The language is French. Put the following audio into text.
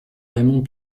raymond